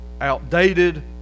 outdated